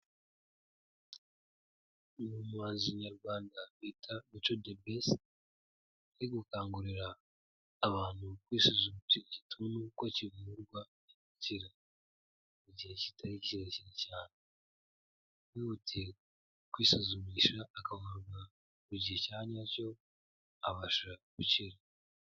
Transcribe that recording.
Umuhanzi nyarwandata MICO The Best ari gukangurira abantu kwisuzumisha igituntu kuko kivurwa kigakira mu gihe kitari kirekire cyane wihutiye kwisuzumisha akawuhabwa ku gihe cya nyacyo abasha gukira.